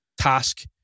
task